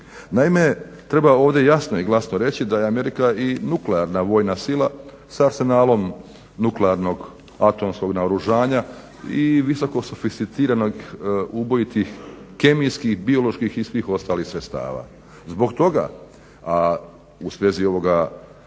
Naime, treba ovdje jasno i glasno reći da je Amerika i nuklearna vojna sila s arsenalom nuklearnog atomskog naoružanja i visoko sofisticiranih ubojitih kemijskih, bioloških i svih ostalih sredstava. Zbog toga, a u svezi ovoga